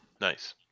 Nice